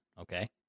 okay